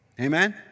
Amen